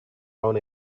down